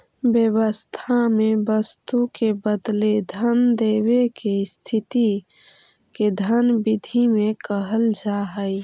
व्यवस्था में वस्तु के बदले धन देवे के स्थिति के धन विधि में कहल जा हई